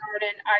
garden